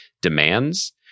demands